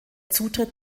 zutritt